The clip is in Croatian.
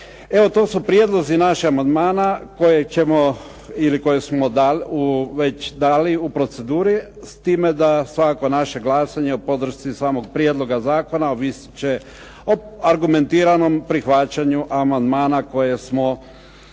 Evo to su prijedlozi naših amandmana koje ćemo ili koje smo već dali u proceduri. S time da svakako naše glasanje o podršci samog prijedloga zakona ovisit će o argumentiranom prihvaćanju amandmana koje smo iznijeli,